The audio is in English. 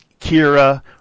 Kira